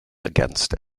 against